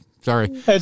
Sorry